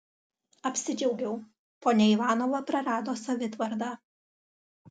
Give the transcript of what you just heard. apsidžiaugiau ponia ivanova prarado savitvardą